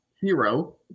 Hero